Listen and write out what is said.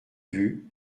vue